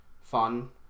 fun